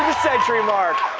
century mark.